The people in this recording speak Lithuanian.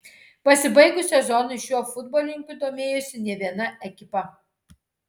pasibaigus sezonui šiuo futbolininku domėjosi ne viena ekipa